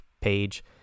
page